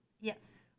Yes